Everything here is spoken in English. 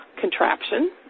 contraption